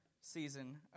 season